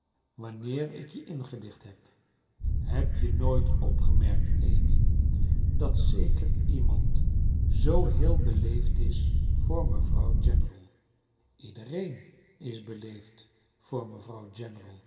wanneer ik je ingelicht heb heb je nooit opgemerkt amy dat zeker iemand zoo heel beleefd is voor mevrouw general iedereen is beleefd voor mevrouw